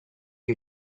you